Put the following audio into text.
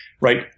Right